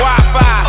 Wi-Fi